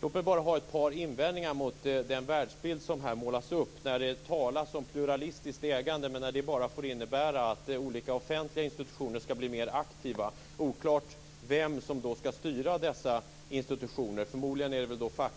Låt mig bara anföra ett par invändningar mot den världsbild som här målas upp när det talas om ett pluralistiskt ägande som dock bara får innebära att olika offentliga institutioner skall bli mer aktiva. Det är oklart vem som då skall styra dessa institutioner. Förmodligen är